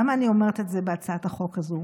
למה אני אומרת את זה בהצעת החוק הזו?